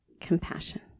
compassion